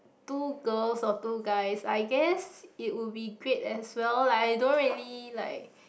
two girls or two guys I guess it will be great as well like I don't really like